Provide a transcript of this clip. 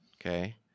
okay